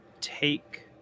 take